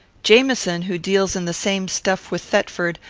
jamieson, who deals in the same stuff with thetford,